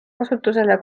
kasutusele